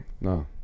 No